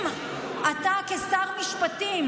אם אתה כשר משפטים,